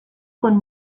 con